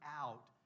out